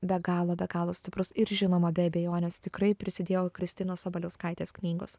be galo be galo stiprus ir žinoma be abejonės tikrai prisidėjo kristinos sabaliauskaitės knygos